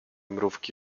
mrówki